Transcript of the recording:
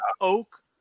oak